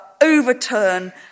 overturn